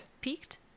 Peaked